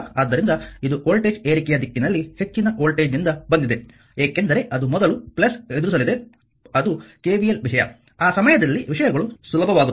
ಆದ್ದರಿಂದ ಇದು ವೋಲ್ಟೇಜ್ ಏರಿಕೆಯ ದಿಕ್ಕಿನಲ್ಲಿ ಹೆಚ್ಚಿನ ವೋಲ್ಟೇಜ್ನಿಂದ ಬಂದಿದೆ ಏಕೆಂದರೆ ಅದು ಮೊದಲು ಎದುರಿಸಲಿದೆ ಅದು KVL ವಿಷಯ ಆ ಸಮಯದಲ್ಲಿ ವಿಷಯಗಳು ಸುಲಭವಾಗುತ್ತವೆ